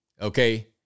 Okay